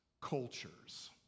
cultures